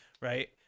Right